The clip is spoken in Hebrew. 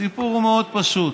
הסיפור הוא מאוד פשוט.